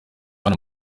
hano